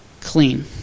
clean